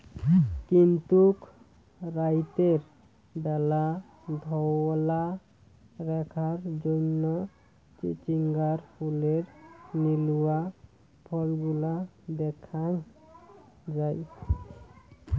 কিন্তুক রাইতের ব্যালা ধওলা রেখার জইন্যে চিচিঙ্গার ফুলের নীলুয়া ফলগুলা দ্যাখ্যাং যাই